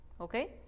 okay